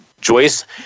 Joyce